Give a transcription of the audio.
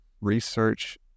research